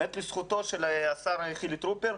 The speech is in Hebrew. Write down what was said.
לזכותו של השר חילי טרופר,